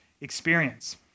experience